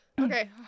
okay